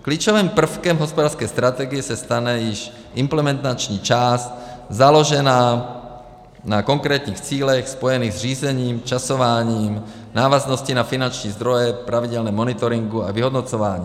Klíčovým prvkem hospodářské strategie se stane již implementační část, založená na konkrétních cílech spojených s řízením, časováním návazností na finanční zdroje, na pravidelném monitoringu a vyhodnocování.